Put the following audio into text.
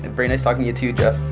and pretty nice talking, you too jeff